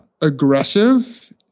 aggressive